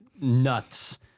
nuts